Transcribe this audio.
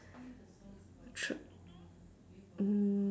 tr~ mm